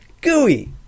gooey